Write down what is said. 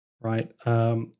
right